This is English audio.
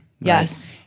Yes